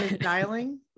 dialing